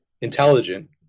intelligent